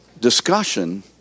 discussion